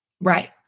right